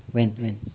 when when